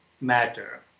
matter